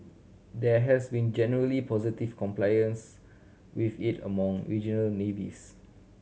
there has been generally positive compliance with it among regional navies